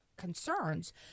concerns